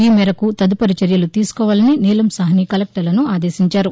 ఈ మేరకు తదుపరి చర్యలు తీసుకోవాలని నీలం సాహ్ని కలెక్టర్లను ఆదేశించారు